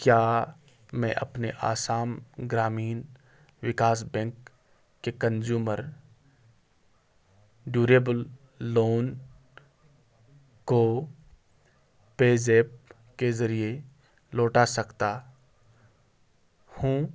کیا میں اپنے آسام گرامین وکاس بینک کے کنزیومر ڈیوریبل لون کو پے زیپ کے ذریعے لوٹا سکتا ہوں